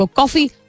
coffee